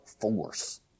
force